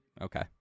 Okay